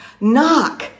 Knock